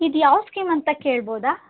ಇದು ಯಾವ ಸ್ಕೀಮ್ ಅಂತ ಕೇಳ್ಬೋದಾ